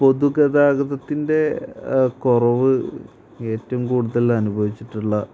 പൊതുഗതാഗതത്തിൻ്റെ കുറവ് ഏറ്റവും കൂടുതൽ അനുഭവിച്ചിട്ടുള്ള